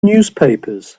newspapers